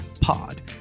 pod